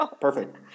Perfect